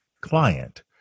client